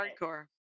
Hardcore